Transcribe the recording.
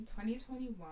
2021